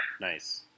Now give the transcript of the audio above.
nice